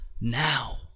now